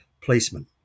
policeman